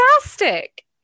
fantastic